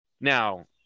Now